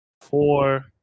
Four